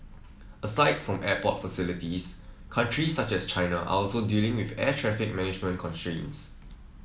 aside from airport facilities countries such as China are also dealing with air traffic management constraints